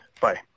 Bye